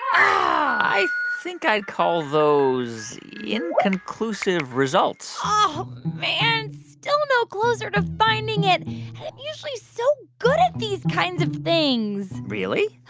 i think i'd call those inconclusive results oh, man, still no closer to finding it. and i'm usually so good at these kinds of things really?